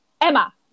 Emma